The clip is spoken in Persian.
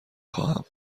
خواهم